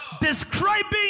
Describing